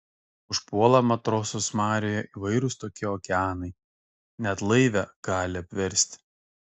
užpuola matrosus marioje įvairūs tokie okeanai net laivę gali apversti